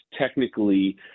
technically